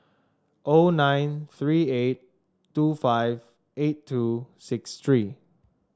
O nine three eight two five eight two six three